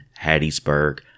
Hattiesburg